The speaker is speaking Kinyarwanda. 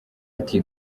ati